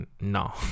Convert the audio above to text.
no